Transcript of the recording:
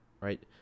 Right